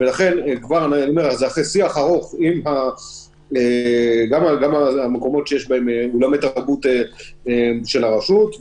ולכן אחרי שיח ארוך עם המקומות שיש בהם אולמות תרבות של הרשות,